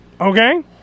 Okay